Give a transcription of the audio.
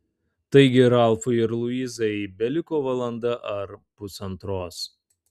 taigi ralfui ir luizai beliko valanda ar pusantros